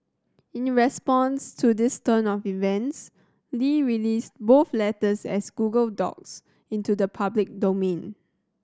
in response to this turn of events Li released both letters as Google Docs into the public domain